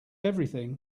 everything